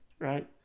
Right